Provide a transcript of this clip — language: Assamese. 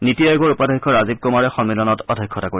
নিটি আয়োগৰ উপাধ্যক্ষ ৰাজীৱ কুমাৰে সম্মিলনত অধ্যক্ষতা কৰিব